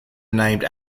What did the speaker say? named